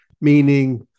meaning